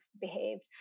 behaved